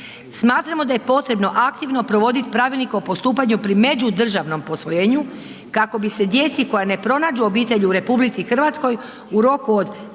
Smatramo da je potrebo aktivno provoditi pravilnik o postupanju pri međudržavnom posvojenju kako bi se djeci koja ne pronađu obitelj u RH, u roku od 9